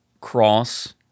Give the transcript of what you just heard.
cross